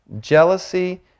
jealousy